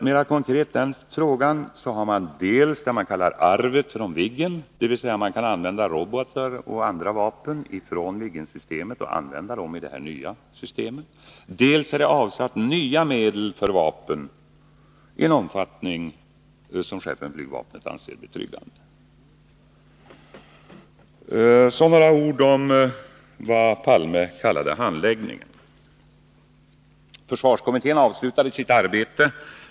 Mera konkret har man dels det man kallar arvet från Viggen, dvs. att man kan använda robotar och andra vapen från Viggensystemet i det nya systemet, dels nya medel för vapen, avsatta i en omfattning som chefen för flygvapnet anser betryggande. Så några ord om vad Olof Palme kallade handläggningen.